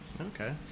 Okay